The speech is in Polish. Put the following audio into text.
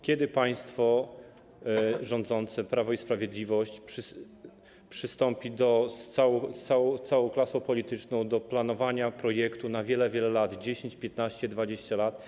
Kiedy państwo rządzący, Prawo i Sprawiedliwość, przystąpią z całą klasą polityczną do planowania projektu na wiele, wiele lat, na 10, 15, 20 lat?